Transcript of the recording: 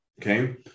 okay